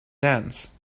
dance